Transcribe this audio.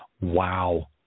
Wow